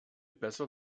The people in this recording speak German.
besser